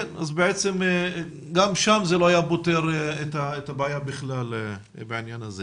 אז בעצם גם שם זה לא היה פותר את הבעיה בכלל בעניין הזה.